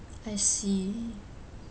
I see